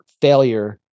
failure